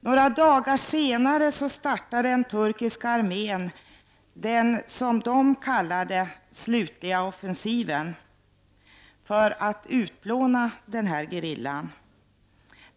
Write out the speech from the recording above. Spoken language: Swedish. Några dagar senare startade den turkiska armén vad som kallades ”den slutliga offensiven” för att utplåna gerillan.